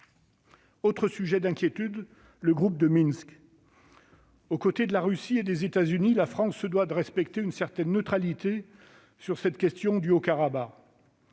Autre sujet d'inquiétude : le groupe de Minsk. Aux côtés de la Russie et des États-Unis, la France se doit de respecter une certaine neutralité sur cette question du Haut-Karabagh.